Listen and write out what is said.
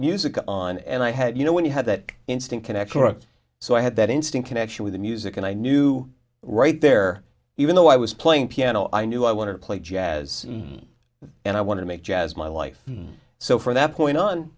music on and i had you know when you had that instant connection so i had that instant connection with the music and i knew right there even though i was playing piano i knew i wanted to play jazz and i wanted to make jazz my life so from that point on